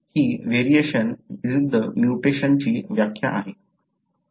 ही variation वि म्यूटेशनची व्याख्या आहे